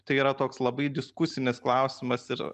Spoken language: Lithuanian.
tai yra toks labai diskusinis klausimas ir